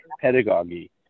Pedagogy